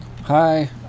Hi